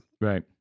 Right